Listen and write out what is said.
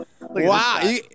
wow